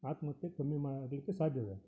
ಆತ್ಮಹತ್ಯೆ ಕಮ್ಮಿ ಮಾಡ್ಲಿಕ್ಕೆ ಸಾಧ್ಯ ಇದೆ